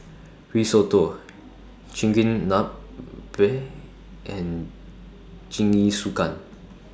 Risotto Chigenabe and Jingisukan